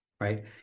right